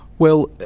well,